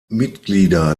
mitglieder